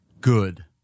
good